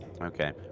Okay